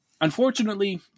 Unfortunately